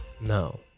No